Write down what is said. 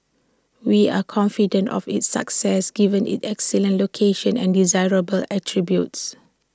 we are confident of its success given its excellent location and desirable attributes